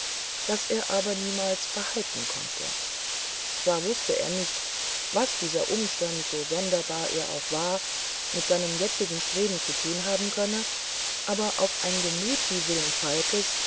das er aber niemals behalten konnte zwar wußte er nicht was dieser umstand so sonderbar er auch war mit seinem jetzigen streben zu tun haben könne aber auf ein gemüt wie wilm falkes